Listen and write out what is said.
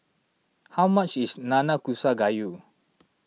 how much is Nanakusa Gayu